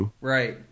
right